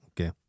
Okay